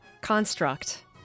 construct